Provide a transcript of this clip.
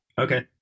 okay